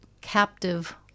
captive